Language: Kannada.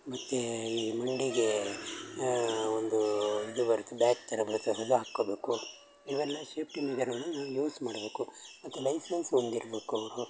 ಮತ್ತೆ ಈ ಮಂಡಿಗೆ ಒಂದು ಇದು ಬರುತ್ತೆ ಬ್ಯಾಗ್ ಥರ ಬರ್ತ್ತದೆ ಅದು ಹಾಕೋಬ್ಬಕು ಇವೆಲ್ಲ ಸೇಫ್ಟಿ ಮೆಜರ್ಗಳನ್ನು ಯೂಸ್ ಮಾಡ್ಬೇಕು ಮತ್ತು ಲೈಸೆನ್ಸ್ ಹೊಂದಿರ್ಬೇಕು ಅವರು